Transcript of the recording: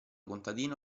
contadino